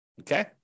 okay